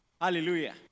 Hallelujah